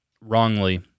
wrongly